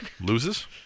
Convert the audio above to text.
loses